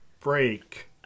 break